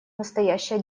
настоящая